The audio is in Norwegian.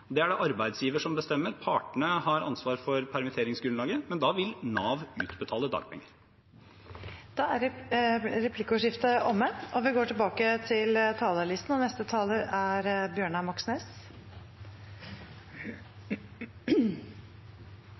det er det arbeidsgiver som bestemmer, partene har ansvaret for permitteringsgrunnlaget – vil Nav utbetale dagpenger. Replikkordskiftet er